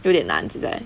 有点难现在